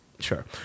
Sure